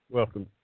Welcome